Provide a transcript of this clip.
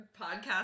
podcast